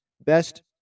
best